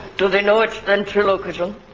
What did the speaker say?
do they know it's ventriloquism?